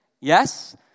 Yes